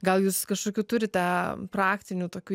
gal jūs kažkokių turite praktinių tokių